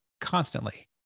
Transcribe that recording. constantly